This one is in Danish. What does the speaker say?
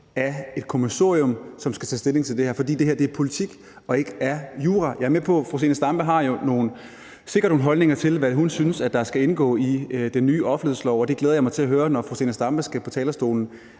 af et kommissorium, som skal tage stilling til det her, fordi det her er politik og ikke jura. Jeg er med på, at fru Zenia Stampe sikkert har nogle holdninger til, hvad hun synes der skal indgå i den nye offentlighedslov, og det glæder jeg mig til at høre, når fru Zenia Stampe skal på talerstolen